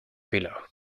below